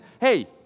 hey